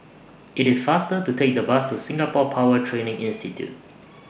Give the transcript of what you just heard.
IT IS faster to Take The Bus to Singapore Power Training Institute